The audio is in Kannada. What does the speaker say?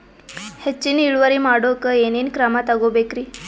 ಹೆಚ್ಚಿನ್ ಇಳುವರಿ ಮಾಡೋಕ್ ಏನ್ ಏನ್ ಕ್ರಮ ತೇಗೋಬೇಕ್ರಿ?